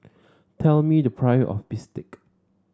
tell me the price of Bistake